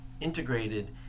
integrated